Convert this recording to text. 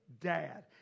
dad